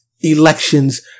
elections